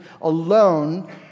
alone